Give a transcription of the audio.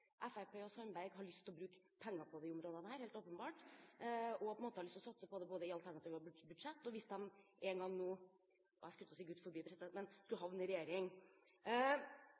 Fremskrittspartiet og Sandberg har lyst til å bruke penger på disse områdene, helt åpenbart, og at man også har lyst til å satse på det både i alternative budsjett og hvis de nå engang – jeg skulle til å si Gud forby – skulle havne i regjering.